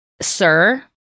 Sir